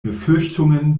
befürchtungen